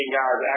guys